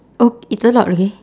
oh it's a lot okay